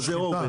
חזה עוף,